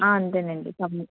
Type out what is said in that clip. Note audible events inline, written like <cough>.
అంతేనండీ <unintelligible>